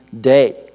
day